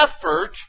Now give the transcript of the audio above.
effort